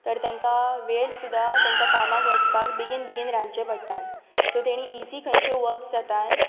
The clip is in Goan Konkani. तर तांकां वेळ सुद्दां तेंकां कामाक वचपाक बेगीन बेगीन रांदचे पडटा सो तेणी इजी खंयचे वर्क जाता